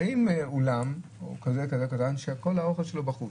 אולם קטן שכל האוכל שלו בחוץ.